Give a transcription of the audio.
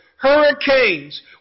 hurricanes